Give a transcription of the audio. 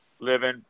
living